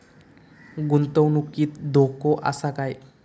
गुंतवणुकीत धोको आसा काय?